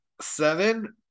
seven